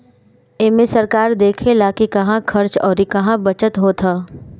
एमे सरकार देखऽला कि कहां खर्च अउर कहा बचत होत हअ